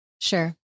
Sure